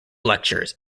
lectures